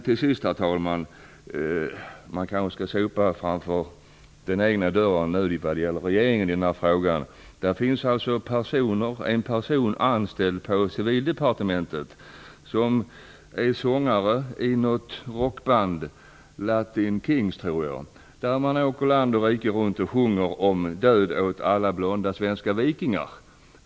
Till sist, herr talman, kanske regeringen skall sopa framför den egna dörren när det gäller den här frågan. Det finns alltså en person anställd på Civildepartementet som är sångare i ett rockband, Latin Kings, tror jag. Bandet åker land och rike runt och sjunger om död åt alla blonda svenska vikingar.